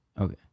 okay